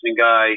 guy